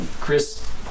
Chris